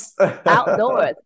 Outdoors